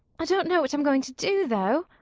i don't know what i'm going to do, though.